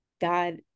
god